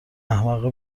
احمق